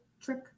trick